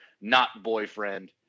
not-boyfriend